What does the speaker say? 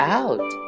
out